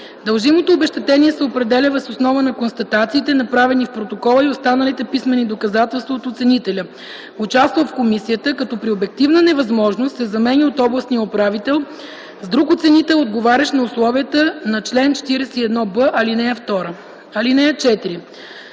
Дължимото обезщетение се определя въз основа на констатациите, направени в протокола и останалите писмени доказателства от оценителя, участвал в комисията, като при обективна невъзможност се заменя от областния управител с друг оценител, отговарящ на условията на чл. 41б, ал. 2.